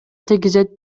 тийгизет